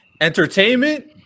Entertainment